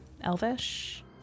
elvish